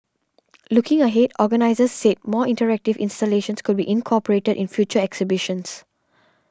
looking ahead organisers said more interactive installations could be incorporated in future exhibitions